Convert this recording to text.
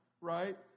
right